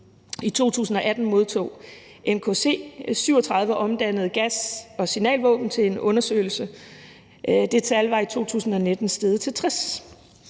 I 2018 modtog NKC 37 omdannede gas- og signalvåben til undersøgelse. Det tal var i 2019 steget til 60.